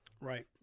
Right